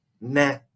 nah